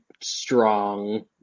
strong